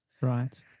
Right